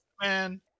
Man